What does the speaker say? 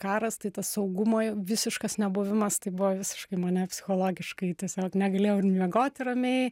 karas tai tas saugumo visiškas nebuvimas tai buvo visiškai mane psichologiškai tiesiog negalėjau miegoti ramiai